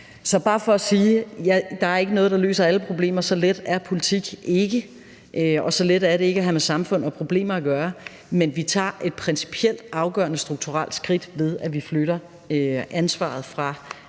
er bare for at sige, at der ikke er noget, der løser alle problemer. Så let er politik ikke, og så let er det ikke at have med samfund og problemer at gøre. Men vi tager et principielt, afgørende strukturelt skridt, ved at vi flytter ansvaret fra